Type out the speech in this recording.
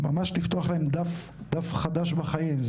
ממש לפתוח להן דף חדש בחיים.